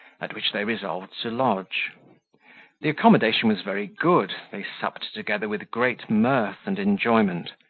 at which they resolved to lodge the accommodation was very good, they supped together with great mirth and enjoyment,